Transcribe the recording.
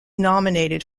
nominated